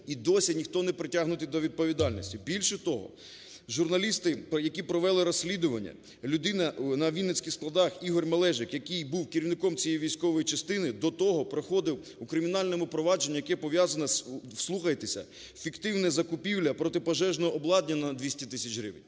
І досі ніхто не притягнутий до відповідальності. Більше того, журналісти, які провели розслідування, людина на вінницьких складах, Ігор Малежик, який був керівником цієї військової частини, до того проходив у кримінальному провадженні, яке пов'язане, вслухайтеся: "Фіктивна закупівля протипожежного обладнання на 200 тисяч гривень".